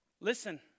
listen